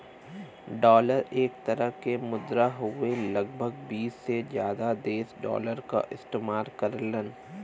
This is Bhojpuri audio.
डॉलर एक तरे क मुद्रा हउवे लगभग बीस से जादा देश डॉलर क इस्तेमाल करेलन